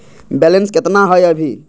Balance केतना हय अभी?